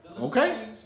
Okay